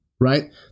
right